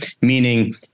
meaning